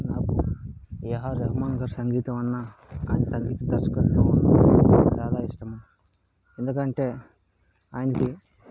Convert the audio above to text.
నాకు ఏఆర్ రహమాన్ గారి సంగీతం అన్నా ఆయన సంగీత దర్శకత్వం అన్నా చాలా ఇష్టము ఎందుకంటే ఆయనకి